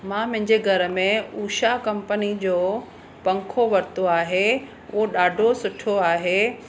मां मुंहिंजे घर में उषा कंपनी जो पंखो वरितो आहे उहो ॾाढो सुठो आहे